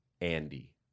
Andy